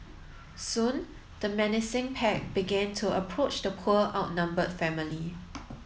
soon the menacing pack began to approach the poor outnumbered family